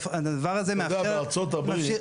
המידע הזה מאפשר --- אתה יודע, בארצות הברית,